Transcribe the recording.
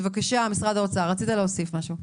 בבקשה, משרד האוצר, רצית להוסיף משהו?